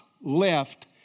left